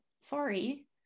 sorry